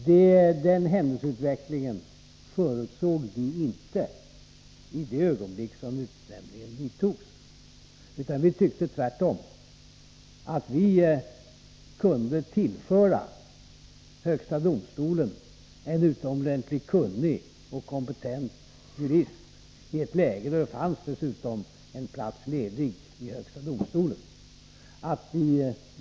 Den händelseutveckling som skedde förutsåg vi inte i det ögonblick utnämningen gjordes. Vi tyckte tvärtom att vi kunde tillföra högsta domstolen en utomordentligt kunnig och kompetent jurist i ett läge då det dessutom fanns en plats ledig där.